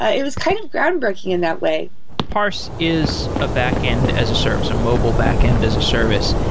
it was kind of groundbreaking in that way parse is a back-end as a service, a mobile back-end as a service,